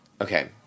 Okay